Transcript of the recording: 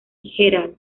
gral